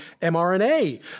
mRNA